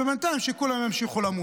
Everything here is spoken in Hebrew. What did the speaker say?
ובינתיים, שכולם ימשיכו למות.